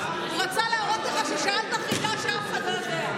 הוא רצה להראות לך ששאלת חידה שאף אחד לא יודע.